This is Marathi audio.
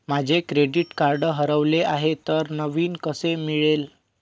माझे क्रेडिट कार्ड हरवले आहे तर नवीन कसे मिळेल?